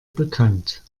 bekannt